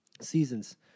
Seasons